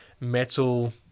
metal